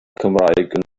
cymraeg